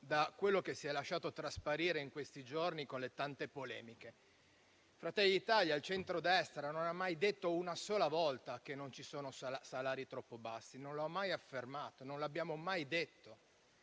da quello che si è lasciato trasparire in questi giorni con le tante polemiche. Fratelli d'Italia e il centrodestra non hanno mai detto una sola volta che non ci sono salari troppo bassi. Non l'ha mai affermato, non l'abbiamo mai detto.